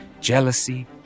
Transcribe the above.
jealousy